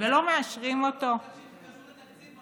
ולא מאשרים אותו, תקציב.